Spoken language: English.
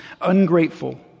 ungrateful